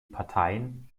parteien